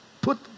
put